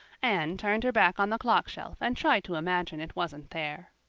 anne turned her back on the clock shelf and tried to imagine it wasn't there.